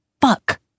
Fuck